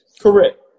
correct